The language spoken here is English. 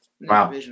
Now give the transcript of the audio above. Wow